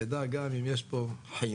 תדע גם אם יש פה חמה